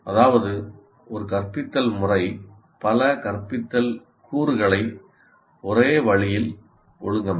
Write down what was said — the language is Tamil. அதாவது ஒரு கற்பித்தல் முறை பல கற்பித்தல் கூறுகளை ஒரே வழியில் ஒழுங்கமைக்கும்